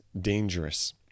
dangerous